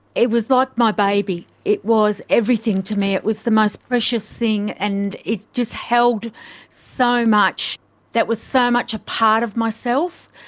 it was like my baby. it was everything to me. it was the most precious thing, and it just held so much that was so much a part of myself.